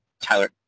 Tyler